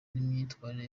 n’imyitwarire